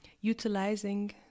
utilizing